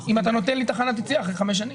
אם אתה נותן לי תחנת יציאה אחרי חמש שנים.